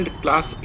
class